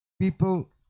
People